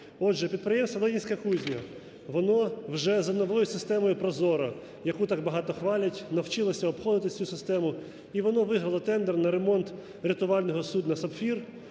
Отже, підприємство "Ленінська кузня", воно вже за новою системою ProZorro, яку так багато хвалять, навчилося обходити цю систему і воно виграло тендер на ремонт рятувального судна "Сапфір"